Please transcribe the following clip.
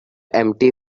empty